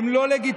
הן לא לגיטימיות.